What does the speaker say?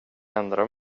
ändrade